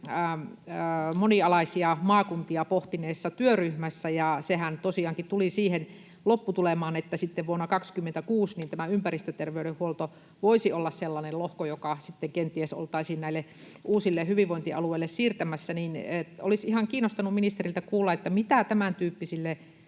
monialaisia maakuntia pohtineessa työryhmässä, ja sehän tosiaankin tuli siihen lopputulemaan, että vuonna 26 tämä ympäristöterveydenhuolto voisi olla sellainen lohko, joka sitten kenties oltaisiin näille uusille hyvinvointialueille siirtämässä. Tässä yhteydessä olisi ihan kiinnostanut ministeriltä kuulla, mitä tämäntyyppisille